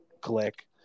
click